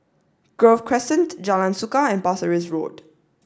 Grove Crescent Jalan Suka and Pasir Ris Road